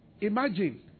Imagine